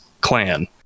clan